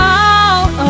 out